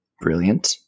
Brilliant